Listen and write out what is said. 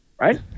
right